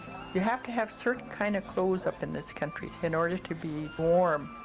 you have to have certain kind of clothes up in this country in order to be warm.